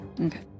Okay